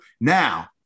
Now –